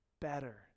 better